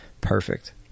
Perfect